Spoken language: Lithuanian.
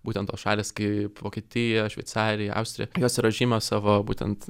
būtent tos šalys kaip vokietija šveicarija austrija jos yra žymios savo būtent